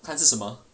看是什么